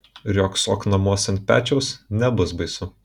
riogsok namuos ant pečiaus nebus baisu